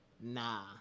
nah